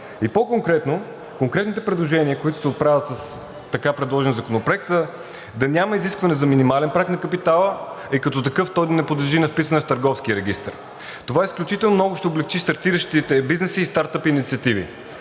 и по-конкретно конкретните предложения, които се отправят с така предложения законопроект, са да няма изискване за минимален праг на капитала и като такъв той да не подлежи на вписване в Търговския регистър. Това изключително много ще облекчи стартиращите бизнеси и стартъп инициативи.